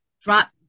drop